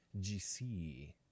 GC